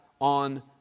on